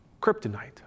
Kryptonite